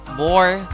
more